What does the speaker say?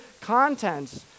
contents